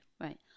right